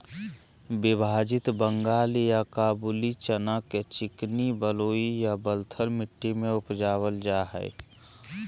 विभाजित बंगाल या काबूली चना के चिकनी बलुई या बलथर मट्टी में उपजाल जाय हइ